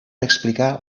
explicar